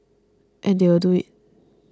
and they will do it